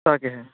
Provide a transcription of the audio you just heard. তাকেহে